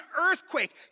earthquake